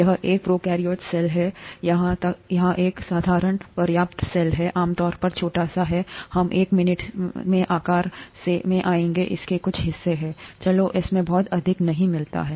यह एक prokaryotic cell है यहां एक साधारण पर्याप्त सेल है आमतौर पर छोटा है हम एक मिनट में आकार में आएंगे इसके कुछ हिस्से हैं चलो इसमें बहुत अधिक नहीं मिलता है